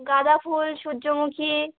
গাঁদা ফুল সূর্যমুখী